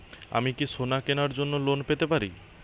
আমি কি সোনা কেনার জন্য লোন পেতে পারি?